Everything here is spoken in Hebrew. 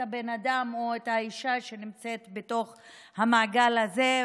האדם או האישה שנמצאים בתוך המעגל הזה,